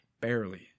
Barely